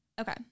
Okay